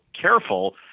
careful